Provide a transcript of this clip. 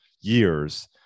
years